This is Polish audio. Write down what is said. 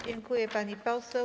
Dziękuję, pani poseł.